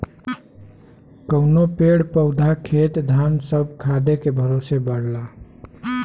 कउनो पेड़ पउधा खेत धान सब खादे के भरोसे बढ़ला